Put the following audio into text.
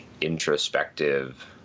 introspective